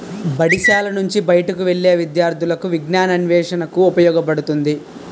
బడిశాల నుంచి బయటకు వెళ్లే విద్యార్థులకు విజ్ఞానాన్వేషణకు ఉపయోగపడుతుంది